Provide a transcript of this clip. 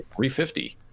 350